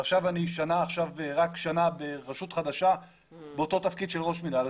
ועכשיו אני רק שנה ברשות חדשה באותו תפקיד של ראש מינהל,